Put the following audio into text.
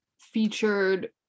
featured